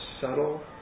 subtle